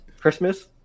Christmas